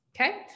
okay